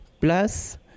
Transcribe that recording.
Plus